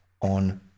on